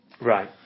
Right